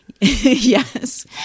Yes